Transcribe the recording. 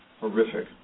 horrific